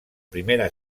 primera